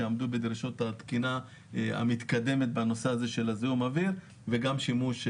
שיעמדו בדרישות התקינה המתקדמת בנושא של זיהום האוויר וגם שימוש בחשמל.